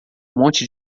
monte